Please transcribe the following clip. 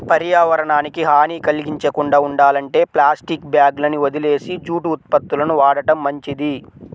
పర్యావరణానికి హాని కల్గించకుండా ఉండాలంటే ప్లాస్టిక్ బ్యాగులని వదిలేసి జూటు ఉత్పత్తులను వాడటం మంచిది